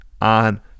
on